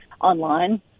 online